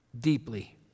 deeply